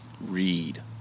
Read